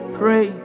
pray